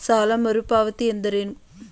ಸಾಲ ಮರುಪಾವತಿ ಎಂದರೇನು?